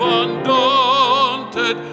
undaunted